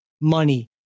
money